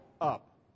up